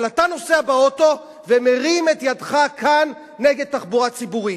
אבל אתה נוסע באוטו ומרים את ידך כאן נגד תחבורה ציבורית.